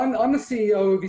פעם אחת אפילו מהניסיון שלי אפשר